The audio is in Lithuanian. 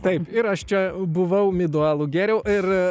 taip ir aš čia buvau midų alų gėriau ir